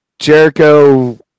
Jericho